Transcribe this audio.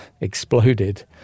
exploded